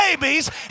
babies